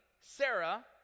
Sarah